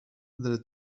their